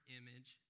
image